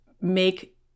make